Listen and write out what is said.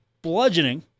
Bludgeoning